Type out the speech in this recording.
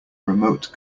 remote